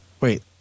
Wait